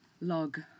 log